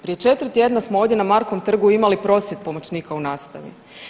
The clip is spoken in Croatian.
Prije 4 tjedna smo ovdje na Markovom trgu imali prosvjed pomoćnika u nastavi.